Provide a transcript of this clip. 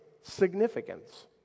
significance